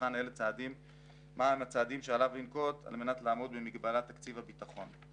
ויבחן מה הם הצעדים שעליו לנקוט על מנת לעמוד במגבלת תקציב הביטחון.